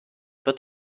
wird